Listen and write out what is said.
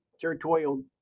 territorial